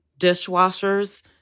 dishwashers